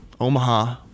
Omaha